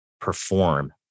perform